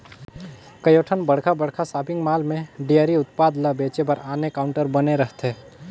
कयोठन बड़खा बड़खा सॉपिंग मॉल में डेयरी उत्पाद ल बेचे बर आने काउंटर बने रहथे